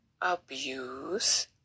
abuse